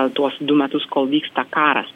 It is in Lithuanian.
tuos du metus kol vyksta karas